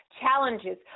challenges